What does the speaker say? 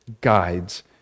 guides